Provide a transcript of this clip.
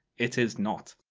it is not.